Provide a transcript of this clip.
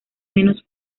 menos